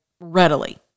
readily